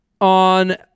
on